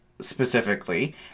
specifically